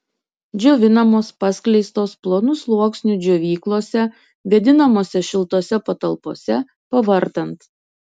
džiovinamos paskleistos plonu sluoksniu džiovyklose vėdinamose šiltose patalpose pavartant